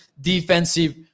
defensive